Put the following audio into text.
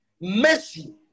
Mercy